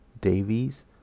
Davies